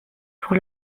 pour